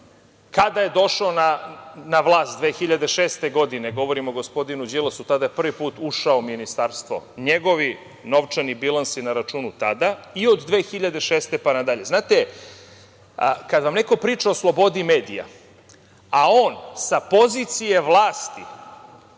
kada je došao na vlast 2006. godine, govorim o gospodinu Đilasu, tada je prvi put ušao u ministarstvo. Njegovi novčani bilansi na računu tada i od 2006. godine pa nadalje. Znate, kada vam neko priča o slobodi medija, a on sa pozicije vlasti